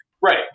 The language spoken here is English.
Right